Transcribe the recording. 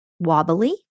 wobbly